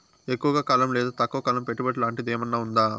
ఎక్కువగా కాలం లేదా తక్కువ కాలం పెట్టుబడి లాంటిది ఏమన్నా ఉందా